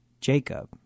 Jacob